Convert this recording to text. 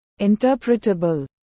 interpretable